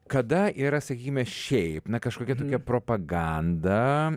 kada yra sakykime šiaip na kažkokia tokia propaganda